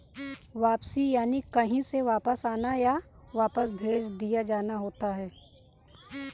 वापसी यानि कहीं से वापस आना, या वापस भेज दिया जाना होता है